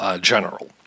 general